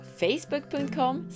facebook.com